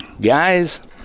guys